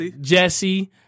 Jesse